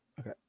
Okay